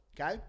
okay